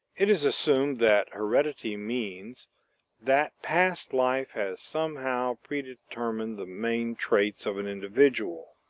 it is assumed that heredity means that past life has somehow predetermined the main traits of an individual,